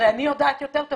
הרי אני יודעת יותר טוב,